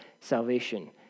salvation